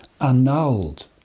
annulled